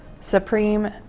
Supreme